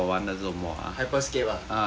hyper scape ah